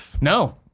no